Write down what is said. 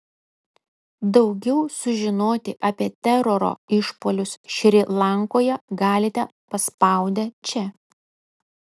daugiau sužinoti apie teroro išpuolius šri lankoje galite paspaudę čia